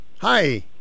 Hi